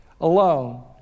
alone